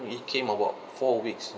it came about four weeks